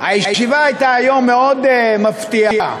הישיבה הייתה מאוד מפתיעה,